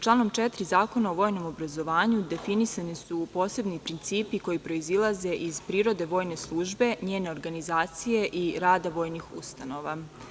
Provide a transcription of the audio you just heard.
Članom 4. Zakona o vojnom obrazovanju definisani su posebni principi koji proizilaze iz prirode vojne službe, njene organizacije i rada vojnih ustanova.